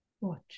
watch